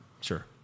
Sure